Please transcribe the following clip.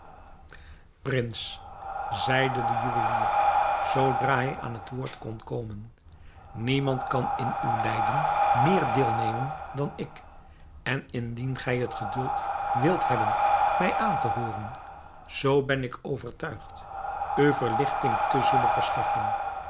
prins zeide de juwelier zoodra hij aan het woord kon komen niemand kan in uw lijden meer deelnemen dan ik en indien gij het geduld wilt hebben mij aan te hooren zoo ben ik overtuigd u verligting te zullen verschaffen